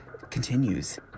continues